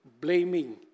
blaming